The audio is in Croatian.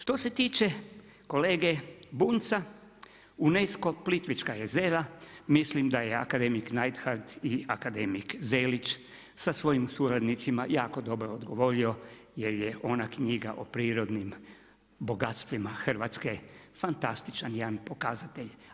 Što se tiče kolege Bunjca UNESCO Plitvička jezera, mislim da je akademik Neidhardt i akademik Zelić sa svojim suradnicima jako dobro odgovorio jer je ona knjiga o prirodnim bogatstvima Hrvatske fantastičan jedan pokazatelj.